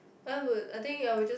I would I think I will just